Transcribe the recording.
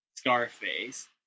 Scarface